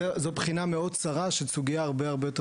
זו בחינה מאוד צרה של סוגיה הרבה הרבה יותר